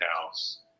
house